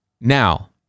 Now